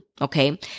Okay